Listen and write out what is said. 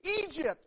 Egypt